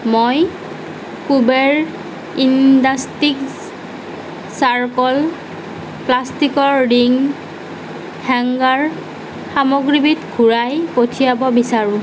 মই Kuber industries circle প্লাষ্টিকৰ ring hanger সামগ্ৰীবিধ ঘূৰাই পঠিয়াব বিচাৰোঁ